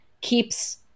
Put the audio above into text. keeps